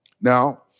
Now